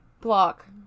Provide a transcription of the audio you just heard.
block